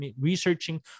researching